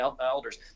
elders